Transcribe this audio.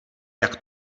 jak